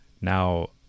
Now